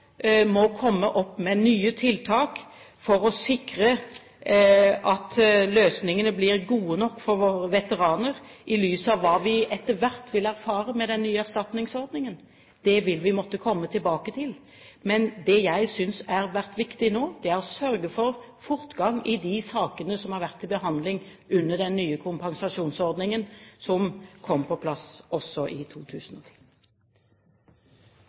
må komme opp med nye tiltak for å sikre at løsningene blir gode nok for våre veteraner i lys av hva vi etter hvert vil erfare med den nye erstatningsordningen, vil vi måtte komme tilbake til. Men det jeg synes har vært viktig nå, er å sørge for fortgang i de sakene som har vært til behandling under den nye kompensasjonsordningen som kom på plass i 2010.